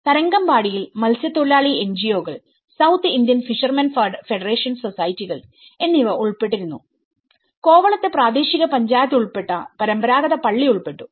തരംഗമ്പാടിയിൽ മത്സ്യത്തൊഴിലാളി എൻജിഒകൾസൌത്ത് Indian fishermen federation സൊസൈറ്റികൾഎന്നിവ ഉൾപ്പെട്ടിരുന്നു കോവളത്ത് പ്രാദേശിക പഞ്ചായത്ത് ഉൾപ്പെട്ട പരമ്പരാഗത പള്ളി ഉൾപ്പെട്ടു